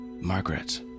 Margaret